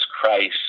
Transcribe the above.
Christ